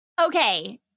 Okay